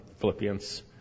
philippians